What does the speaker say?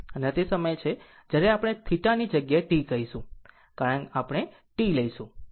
આમ આ તે સમયે છે જ્યારે આપણે θ ની જગ્યાએ T કહીશું આપણે T લઈશું